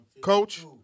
Coach